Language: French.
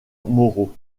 moreau